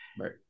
right